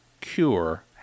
cure